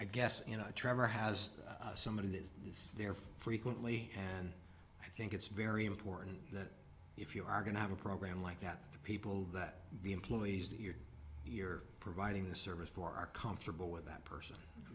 i guess you know trevor has some of that is there frequently and i think it's very important that if you are going to have a program like that to people that the employees that you're here providing the service for are comfortable with that person